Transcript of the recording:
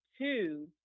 Two